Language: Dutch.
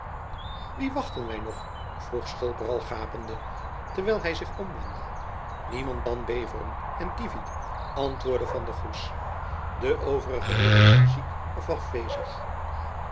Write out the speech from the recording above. wie wachten wy nog vroeg schulper al gapende terwijl hy zich omwendde niemand dan beveren en kievit antwoordde van der goes de overige heeren zijn ziek of